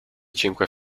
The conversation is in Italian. cinque